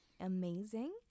amazing